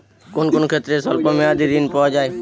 কোন কোন ক্ষেত্রে স্বল্প মেয়াদি ঋণ পাওয়া যায়?